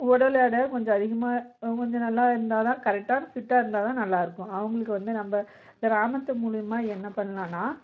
உடல் எடை கொஞ்சம் அதிகமாக கொஞ்சம் நல்லா இருந்தால்தான் கரெக்டான ஃபிட்டாக இருந்தால்தான் நல்லா இருக்கும் அவங்களுக்கு வந்து நம்ம கிராமத்து மூலிமா என்ன பண்ணலான்னா